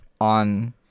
on